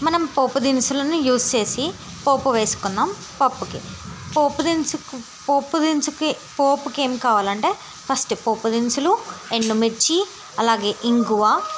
మనం పోపు దినుసులను యూజ్ చేసి పోపు వేసుకున్నాం పప్పుకి పోపు దినుసుకు పోపు దినుసుకి పోపుకి ఏమి కావాలంటే ఫస్ట్ పోపు దినుసులు ఎండుమిర్చి అలాగే ఇంగువ